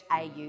AU